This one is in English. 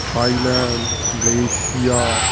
Thailand Malaysia